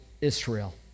Israel